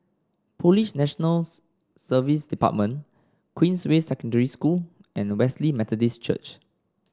Police National Service Department Queensway Secondary School and Wesley Methodist Church